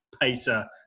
pacer